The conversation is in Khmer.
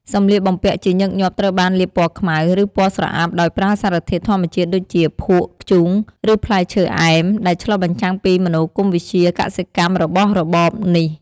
សម្លៀកបំពាក់ជាញឹកញាប់ត្រូវបានលាបពណ៌ខ្មៅ ឬពណ៌ស្រអាប់ដោយប្រើសារធាតុធម្មជាតិដូចជា ភក់ ធ្យូង ឬផ្លែឈើអែម ដែលឆ្លុះបញ្ចាំងពីមនោគមវិជ្ជាកសិកម្មរបស់របបនេះ។